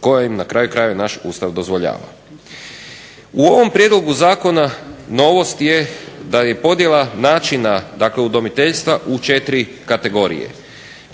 koja im na kraju krajeva naš Ustav dozvoljava. U ovom prijedlogu zakona novost je da je podjela načina dakle udomiteljstva u četiri kategorije.